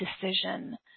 decision